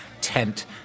tent